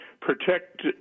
protect